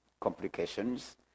complications